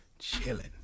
chilling